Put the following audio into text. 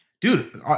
Dude